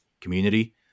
community